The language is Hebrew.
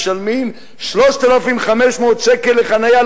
משלמים 3,500 ש"ח לחנייה,